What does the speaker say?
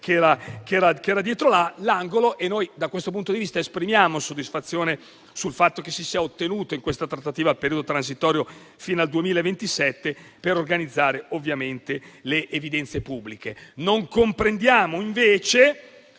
che era dietro l'angolo. Da questo punto di vista, esprimiamo soddisfazione rispetto al fatto che si sia ottenuto, in questa trattativa, un periodo transitorio fino al 2027 per organizzare le evidenze pubbliche. Non comprendiamo, invece,